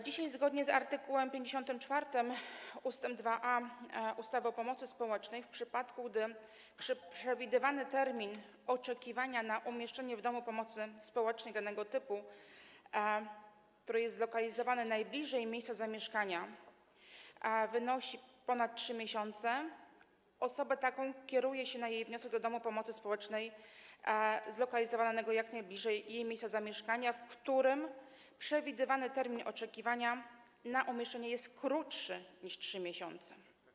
Dzisiaj, zgodnie z art. 54 ust. 2a ustawy o pomocy społecznej, w przypadku gdy przewidywany termin oczekiwania na umieszczenie osoby w domu pomocy społecznej danego typu, który jest zlokalizowany najbliżej jej miejsca zamieszkania, wynosi ponad 3 miesiące, osobę taką kieruje się, na jej wniosek, do domu pomocy społecznej zlokalizowanego jak najbliżej jej miejsca zamieszkania, w którym przewidywany termin oczekiwania na umieszczenie jest krótszy niż 3 miesiące.